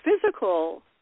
physical